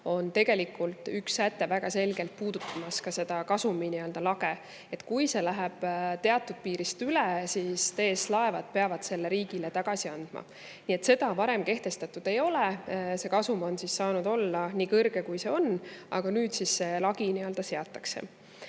on tegelikult üks säte väga selgelt puudutamas ka seda kasumi lage. Kui see läheb teatud piirist üle, siis TS Laevad peab selle riigile tagasi andma. Seda varem kehtestatud ei ole. See kasum on saanud olla nii kõrge, kui see on, aga nüüd see lagi seatakse. Nüüd,